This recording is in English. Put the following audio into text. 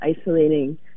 isolating